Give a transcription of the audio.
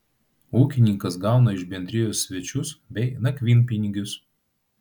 ūkininkas gauna iš bendrijos svečius bei nakvynpinigius